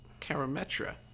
Karametra